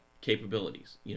capabilities